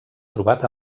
trobat